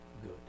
good